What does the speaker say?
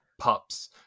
pups